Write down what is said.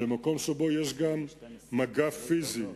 במקום שבו יש גם מגע פיזי,